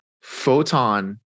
Photon